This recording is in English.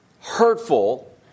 hurtful